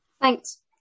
Thanks